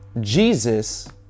Jesus